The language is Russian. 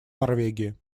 норвегии